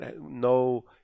no